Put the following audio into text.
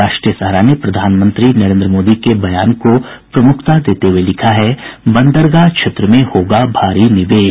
राष्ट्रीय सहारा ने प्रधानमंत्री नरेन्द्र मोदी के बयान को प्रमुखता देते हुये लिखा है बंदरगाह क्षेत्र में होगा भारी निवेश